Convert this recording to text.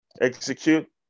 execute